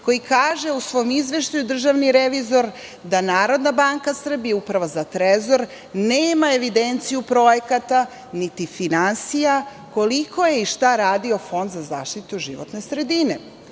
koji kaže u svoj izveštaju da Narodna banka Srbije, Uprava za trezor nema evidenciju projekata, niti finansija koliko je i šta radio Fond za zaštitu životne sredine.